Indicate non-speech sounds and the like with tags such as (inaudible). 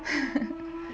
(laughs)